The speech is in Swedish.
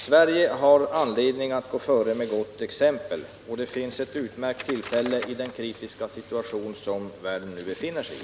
Sverige har anledning att gå före med gott exempel, och det finns ett utmärkt tillfälle till det i den kritiska situation som världen nu befinner sig i.